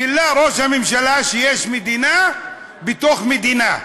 גילה ראש הממשלה שיש מדינה בתוך מדינה,